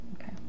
okay